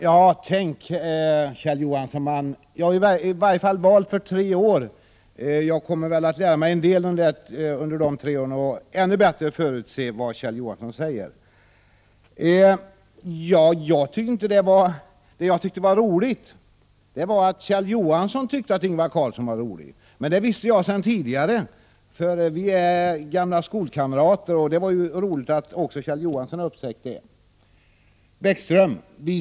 Herr talman! Ja, Kjell Johansson, jag är i varje fall vald för tre år, och under den tiden kommer jag väl att lära mig en del, så att jag ännu bättre kan förutse vad Kjell Johansson kommer att säga. Det jag tyckte var roligt var att Kjell Johansson tyckte att Ingvar Carlsson var rolig. Men jag visste det sedan tidigare, för vi är gamla skolkamrater. Det var roligt att också Kjell Johansson har upptäckt det.